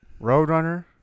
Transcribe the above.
Roadrunner